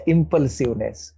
Impulsiveness